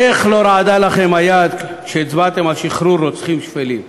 איך לא רעדה ידכם כשהצבעתם על שחרור רוצחים שפלים?